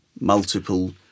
multiple